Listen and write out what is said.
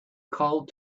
called